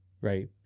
right